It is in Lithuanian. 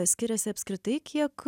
skiriasi apskritai kiek